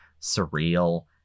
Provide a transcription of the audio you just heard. surreal